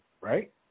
right